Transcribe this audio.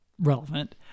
relevant